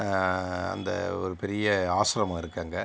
அந்த ஒரு பெரிய ஆஸ்ரமம் இருக்குது அங்கே